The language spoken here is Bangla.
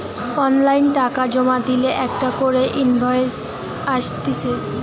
অনলাইন টাকা জমা দিলে একটা করে ইনভয়েস আসতিছে